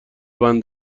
بند